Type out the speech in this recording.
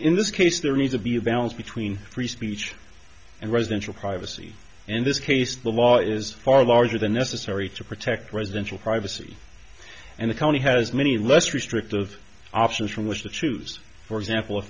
in this case there need to be a balance between free speech and residential privacy in this case the law is far larger than necessary to protect residential privacy and the county has many less restrictive options from which to choose for example